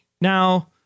Now